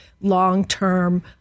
long-term